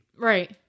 Right